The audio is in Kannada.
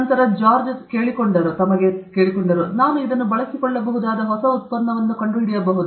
ನಂತರ ಅವರು ಹೇಳಿದರು ನಾನು ಇದನ್ನು ಬಳಸಿಕೊಳ್ಳಬಹುದಾದ ಹೊಸ ಉತ್ಪನ್ನವನ್ನು ಕಂಡುಹಿಡಿಯಬಹುದೇ